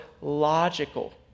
logical